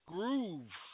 Groove